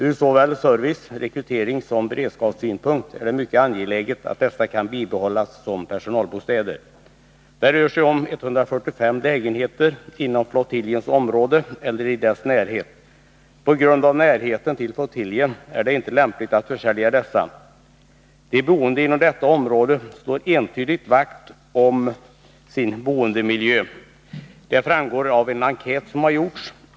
Ur såväl service-, rekryteringssom beredskapssynpunkt är det mycket angeläget att dessa kan bibehållas som personalbostäder. Det rör sig om 145 lägenheter inom flottiljens område eller i dess närhet. På grund av närheten till flottiljen är det inte lämpligt att försälja dessa. De boende inom detta område slår entydigt vakt om sin boendemiljö; detta framgår av en enkät som gjorts.